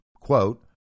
quote